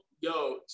yo